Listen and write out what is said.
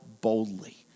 boldly